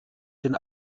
den